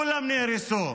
כולם נהרסו,